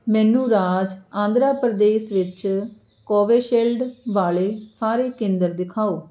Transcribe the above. ਮੈਨੂੰ ਰਾਜ ਆਂਧਰਾ ਪ੍ਰਦੇਸ਼ ਵਿੱਚ ਕੋਵਿਸ਼ਿਲਡ ਵਾਲੇ ਸਾਰੇ ਕੇਂਦਰ ਦਿਖਾਓ